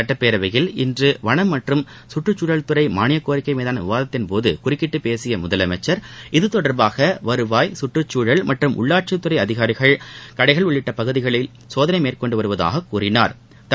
சட்டப்பேரவையில் இன்று வனம் மற்றும் சுற்றுச்சூழல் துறை மானியக் கோரிக்கை மீதான விவாதத்தின்போது குறுக்கிட்டு பேசிய முதலமைச்சர் இது தொடர்பாக வருவாய் சுற்றுச்சூழல் மற்றும் உள்ளாட்சித்துறை அதிகாரிகள் கடைகள் உள்ளிட்ட பகுதிகளில் சோதனை மேற்கொண்டு வருவதாகக் கூறினாா்